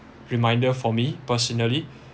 reminder for me personally